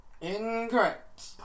Incorrect